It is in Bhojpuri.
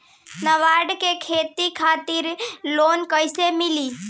नाबार्ड से खेती खातिर लोन कइसे मिली?